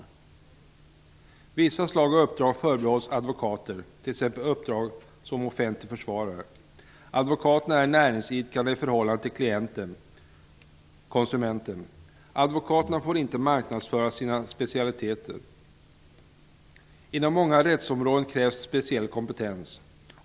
Vid vissa slag av uppdrag föredras advokater, t.ex. uppdrag som offentlig försvarare. Advokaterna är näringsidkare i förhållande till klienten/konsumenten. Advokaterna får inte marknadsföra sina specialiteter. Inom många rättsområden krävs speciell kompetens.